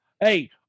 Hey